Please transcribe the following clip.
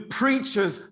preachers